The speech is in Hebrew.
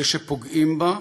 אלה שפוגעים בה,